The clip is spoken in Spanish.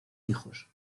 hijos